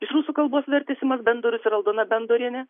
iš rusų kalbos vertė simas bendorius ir aldona bendorienė